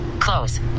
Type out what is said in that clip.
Close